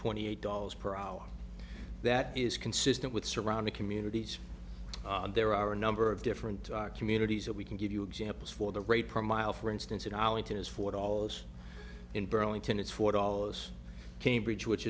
twenty eight dollars per hour that is consistent with surrounding communities there are a number of different communities that we can give you examples for the rate per mile for instance in arlington is four dollars in burlington it's four dollars cambridge which